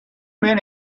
men